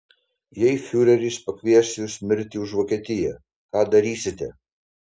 jei fiureris pakvies jus mirti už vokietiją ką darysite